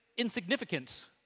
Insignificant